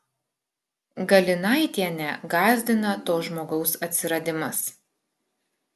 galinaitienę gąsdina to žmogaus atsiradimas